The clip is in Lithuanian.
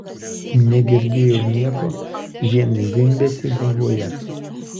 negirdėjau nieko vien zvimbesį galvoje